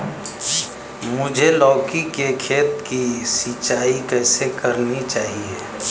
मुझे लौकी के खेत की सिंचाई कैसे करनी चाहिए?